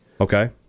Okay